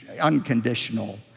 unconditional